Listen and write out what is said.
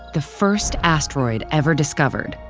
the first asteroid ever discovered,